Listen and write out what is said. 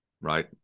right